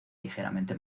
ligeramente